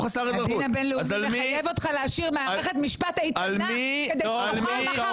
הדין הבין-לאומי מחייב אותך להשאיר מערכת משפט איתנה כדי שתוכל מחר